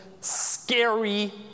scary